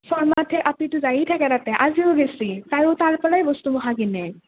শৰ্মাৰ যে আপীটো যায়েই থাকে তাতে আজিও গেছি তায়ো তাৰ পৰাই বস্তুমাখা কিনে